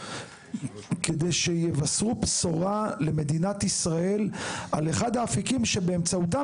כדי שיבשרו בשורה למדינת ישראל על אחד מהאפיקים שבאמצעותם